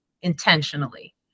intentionally